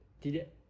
tidak